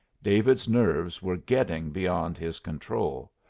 david's nerves were getting beyond his control.